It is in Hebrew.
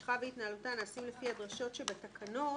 משכה והתנהלותה נעשים לפי הדרישות שבתקנות"